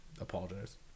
apologize